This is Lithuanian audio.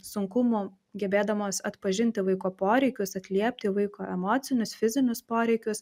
sunkumų gebėdamos atpažinti vaiko poreikius atliepti vaiko emocinius fizinius poreikius